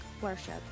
worship